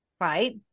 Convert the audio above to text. Right